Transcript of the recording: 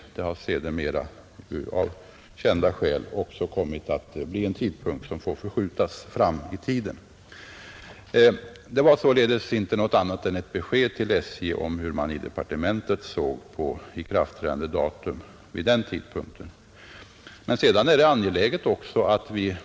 Det har sedermera av kända skäl också kommit att bli en tidpunkt som får skjutas fram i tiden. Det var således inte något annat än ett besked till SJ om hur man i departementet vid den tidpunkten såg på ikraftträdandedatum.